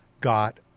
got